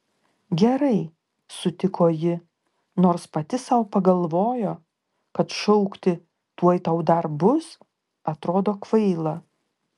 gerai sutiko ji nors pati sau pagalvojo kad šaukti tuoj tau dar bus atrodo kvaila